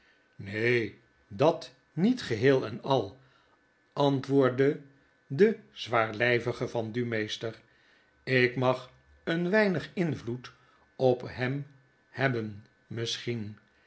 neen dat niet geheel en al antwoordde de zwaarlyvige vendumeester jk mag een weinig invloedop hem hebben misschien